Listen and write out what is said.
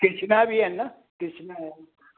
कृष्णा बि आहिनि न कृष्णा जा आहिनि